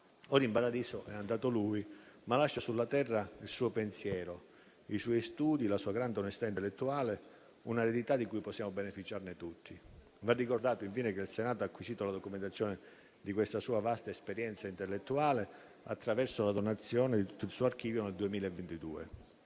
Ora in paradiso è andato lui, ma lascia sulla terra il suo pensiero, i suoi studi, la sua grande onestà intellettuale, un'eredità di cui possiamo beneficiare tutti. Va ricordato, infine, che il Senato ha acquisito la documentazione della sua vasta esperienza intellettuale attraverso la donazione di tutto il suo archivio nel 2022